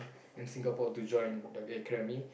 in Singapore to join the